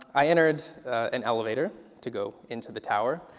i entered an elevator to go into the tower.